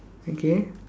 okay